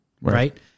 Right